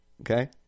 okay